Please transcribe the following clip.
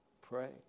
Pray